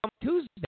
Tuesday